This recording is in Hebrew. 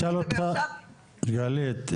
גלית,